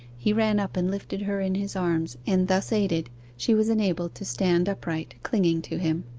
he ran up and lifted her in his arms, and thus aided she was enabled to stand upright clinging to him.